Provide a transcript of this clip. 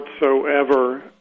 whatsoever